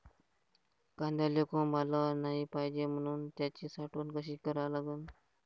कांद्याले कोंब आलं नाई पायजे म्हनून त्याची साठवन कशी करा लागन?